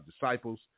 disciples